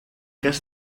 cas